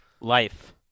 Life